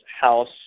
house